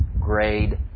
grade